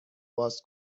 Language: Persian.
باز